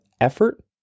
effort